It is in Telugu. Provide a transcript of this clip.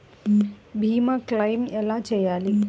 భీమ క్లెయిం ఎలా చేయాలి?